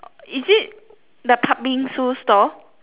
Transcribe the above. is it the Patbingsoo store